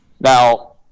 Now